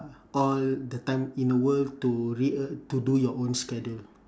all the time in the world to rea~ to do your own schedule